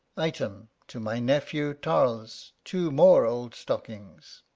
item to my nephew, tarles, two more old stockings.